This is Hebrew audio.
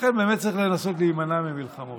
לכן באמת צריך לנסות להימנע ממלחמות